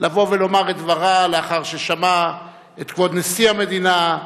לבוא ולומר את דברה לאחר ששמעה את כבוד נשיא המדינה,